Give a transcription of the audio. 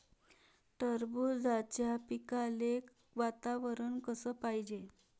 टरबूजाच्या पिकाले वातावरन कस पायजे?